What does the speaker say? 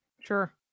Sure